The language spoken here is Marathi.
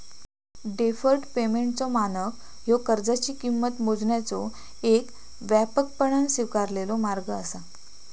डेफर्ड पेमेंटचो मानक ह्यो कर्जाची किंमत मोजण्याचो येक व्यापकपणान स्वीकारलेलो मार्ग असा